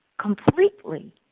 completely